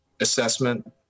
assessment